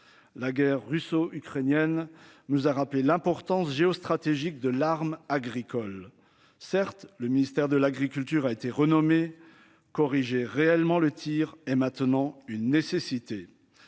La guerre russo-ukrainienne nous a rappelé l'importance géostratégique de larmes agricole. Certes, le ministère de l'Agriculture a été renommé corriger réellement le Tir est maintenant une nécessité.